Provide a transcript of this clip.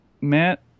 Matt